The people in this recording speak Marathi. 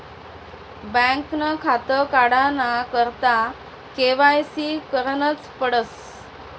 बँकनं खातं काढाना करता के.वाय.सी करनच पडस